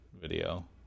video